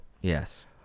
Yes